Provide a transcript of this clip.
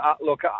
look